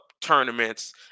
tournaments